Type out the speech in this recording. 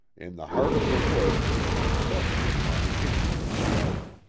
in the heart of the wood we came suddenly upon an indian scout.